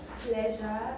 pleasure